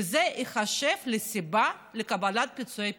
וזה ייחשב לסיבה לקבלת פיצויי פיטורים.